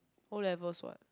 O-levels what